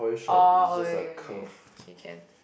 oh okay okay okay okay can